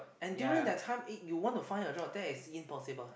and during that time if you want to find a job that is impossible